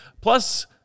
Plus